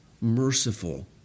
merciful